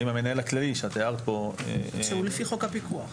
האם המנהל הכללי שאת הערת פה --- שהוא לפי חוק הפיקוח.